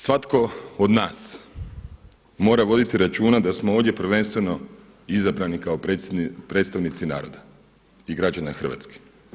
Svatko od nas mora voditi računa da smo ovdje prvenstveno izabrani kao predstavnici naroda i građana Hrvatske.